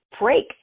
break